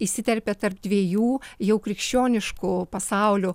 įsiterpė tarp dviejų jau krikščioniškų pasaulių